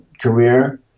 career